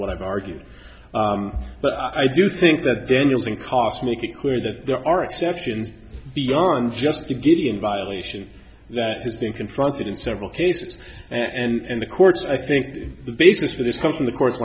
what i've argued but i do think that daniels and cost make it clear that there are exceptions beyond just getting in violation that has been confronted in several cases and the courts i think the basis for this come from the court